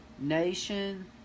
Nation